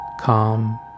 calm